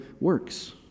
works